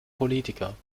politiker